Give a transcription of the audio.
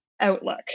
outlook